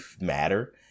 matter